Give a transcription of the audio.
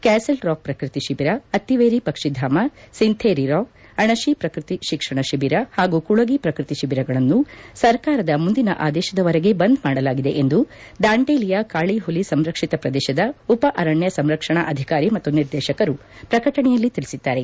castle rock ಪ್ರಕೃತಿ ಶಿಬಿರ ಅತ್ತಿವೇರಿ ಪಕ್ಷಿಧಾಮ ಸಿಂಥೇರಿ ರಾಕ್ ಅಣಶಿ ಪ್ರಕೃತಿ ಶಿಕ್ಷಣ ಶಿಬಿರ ಹಾಗೂ ಕುಳಗಿ ಪ್ರಕೃತಿ ಶಿಬಿರಗಳನ್ನು ಸರ್ಕಾರದ ಮುಂದಿನ ಆದೇತದವರೆಗೆ ಬಂದ್ ಮಾಡಲಾಗಿದೆ ಎಂದು ದಾಂಡೇಲಿಯ ಕಾಳಿ ಹುಲಿ ಸಂರಕ್ಷಿತ ಪ್ರದೇಶದ ಉಪ ಅರಣ್ಯ ಸಂರಕ್ಷಣಾಧಿಕಾರಿ ಮತ್ತು ನಿರ್ದೇಶಕರು ಪ್ರಕಟಣೆಯಲ್ಲಿ ತಿಳಿಸಿದ್ದಾರೆ